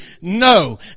No